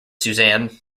suzanne